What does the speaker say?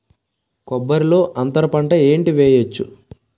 కొబ్బరి లో అంతరపంట ఏంటి వెయ్యొచ్చు?